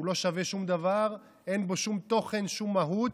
שלא שווה שום דבר, אין בו שום תוכן, שום מהות,